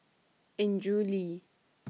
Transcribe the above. Andrew Lee